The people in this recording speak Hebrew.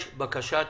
יש בקשת